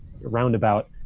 roundabout